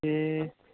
ए